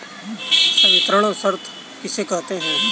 संवितरण शर्त किसे कहते हैं?